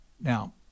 Now